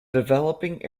developing